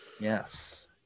Yes